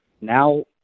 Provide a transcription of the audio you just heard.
Now